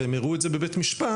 והם הראו את זה בבית משפט,